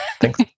thanks